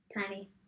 Tiny